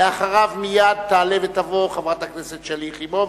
אחריו מייד תעלה ותבוא חברת הכנסת שלי יחימוביץ.